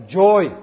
joy